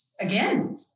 Again